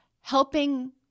Helping